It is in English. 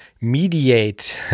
mediate